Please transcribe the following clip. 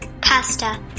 Pasta